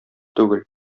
түгел